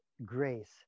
grace